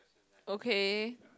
okay